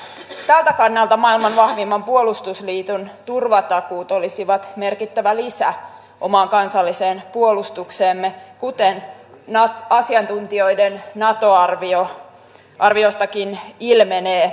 tältä kannalta maailman vahvimman puolustusliiton turvatakuut olisivat merkittävä lisä omaan kansalliseen puolustukseemme kuten asiantuntijoiden nato arviostakin ilmenee